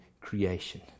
creation